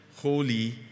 holy